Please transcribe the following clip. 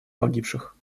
погибших